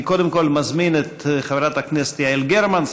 קודם כול אני מזמין את חברת הכנסת יעל גרמן,